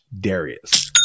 Darius